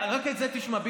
רק את זה תשמע,